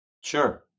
Sure